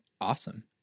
Awesome